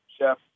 chef